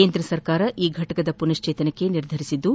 ಕೇಂದ್ರ ಸರ್ಕಾರ ಈ ಘಟಕದ ಮನಶ್ಣೇತನಕ್ಕೆ ನಿರ್ಧರಿಸಿದ್ದು